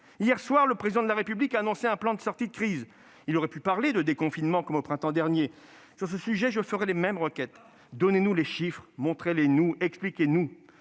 Hier soir, le Président de la République a annoncé un plan de sortie de crise. Il aurait pu parler de déconfinement, comme au printemps dernier. Sur ce sujet, je ferai les mêmes requêtes : donnez-nous des chiffres, montrez-les-nous, expliquez-nous